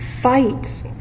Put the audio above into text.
fight